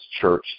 church